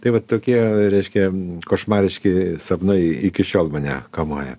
tai vat tokie reiškia košmariški sapnai iki šiol mane kamuoja